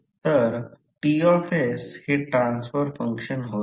तर समजा हे आकृती 5 मध्ये आहे ते काढले गेले आहे